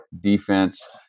defense